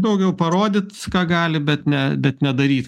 daugiau parodyt ką gali bet ne bet nedaryt